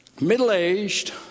middle-aged